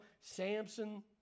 Samson